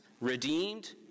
redeemed